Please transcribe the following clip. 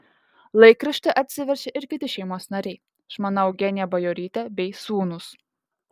laikraštį atsiverčia ir kiti šeimos nariai žmona eugenija bajorytė bei sūnūs